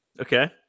Okay